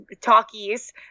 talkies